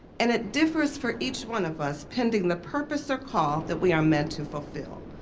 and it differs for each one of us, pending the purpose or call that we are meant to fulfill.